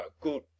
good